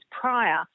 prior